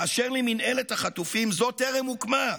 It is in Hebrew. באשר למינהלת החטופים, זו טרם הוקמה,